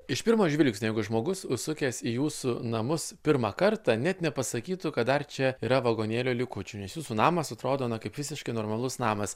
iš pirmo žvilgsnio jeigu žmogus užsukęs į jūsų namus pirmą kartą net nepasakytų kad dar čia yra vagonėlio likučių nes jūsų namas atrodo kaip na visiškai normalus namas